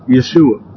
Yeshua